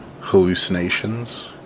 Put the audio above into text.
hallucinations